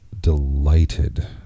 delighted